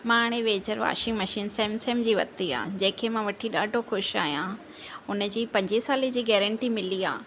मां हाणे वेझाई वॉशिंग मशीन सैमसंग जी वरिती आहे जंहिंखें मां वठी ॾाढो ख़ुशि आहियां उन जी पंजे साले जी गैरंटी मिली आहे